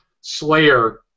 Slayer